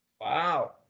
Wow